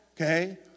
Okay